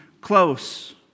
close